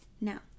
Now